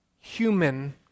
human